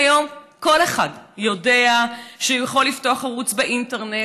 כיום כל אחד יודע שהוא יכול לפתוח ערוץ באינטרנט